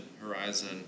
horizon